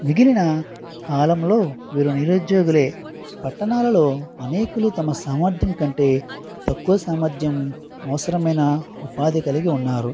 మిగిలిన కాలంలో వీరు నిరుద్యోగులే పట్టణాలలో అనేకులు తమ సామర్థ్యం కంటే తక్కువ సామర్థ్యం అవసరమైన ఉపాధి కలిగి ఉన్నారు